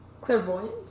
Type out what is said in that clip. clairvoyant